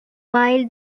while